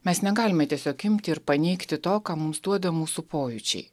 mes negalime tiesiog imti ir paneigti to ką mums duoda mūsų pojūčiai